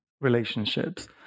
relationships